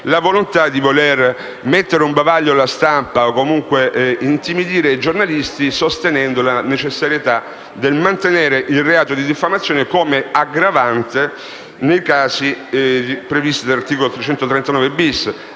la volontà di mettere un bavaglio alla stampa e di intimidire i giornalisti, sostenendo la necessità di mantenere il reato di diffamazione come aggravante nei casi previsti dall'articolo 339-*bis*.